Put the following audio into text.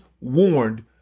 warned